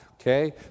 okay